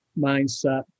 mindset